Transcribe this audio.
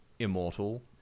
immortal